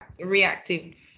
reactive